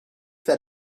that